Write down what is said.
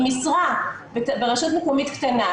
אם משרה ברשות מקומית קטנה,